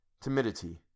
timidity